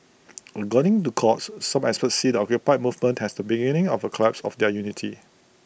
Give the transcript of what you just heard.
according to Quartz some experts see the occupy movement has the beginning of A collapse of their unity